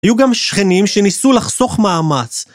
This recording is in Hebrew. היו גם שכנים שניסו לחסוך מאמץ.